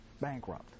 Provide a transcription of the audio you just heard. bankrupt